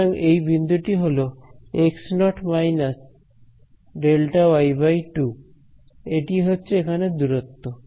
সুতরাং এই বিন্দুটি হলো x0 − Δy2 এটি হচ্ছে এখানে দূরত্ব